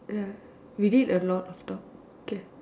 ya we did a lot of talk K